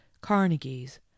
Carnegies